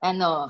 Ano